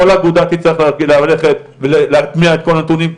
כל אגודה תצטרך ללכת ולהטמיע את כל הנתונים,